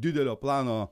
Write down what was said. didelio plano